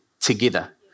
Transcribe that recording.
together